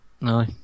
no